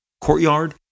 courtyard